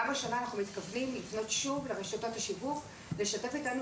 גם השנה אנחנו מתכוונים לפנות שוב לרשתות השיווק לשתף איתנו